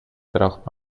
braucht